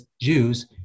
Jews